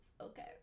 okay